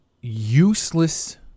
useless